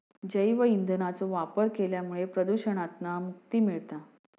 जैव ईंधनाचो वापर केल्यामुळा प्रदुषणातना मुक्ती मिळता